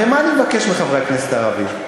הרי מה אני מבקש מחברי הכנסת הערבים?